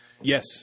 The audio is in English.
Yes